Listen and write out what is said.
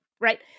right